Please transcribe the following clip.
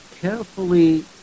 carefully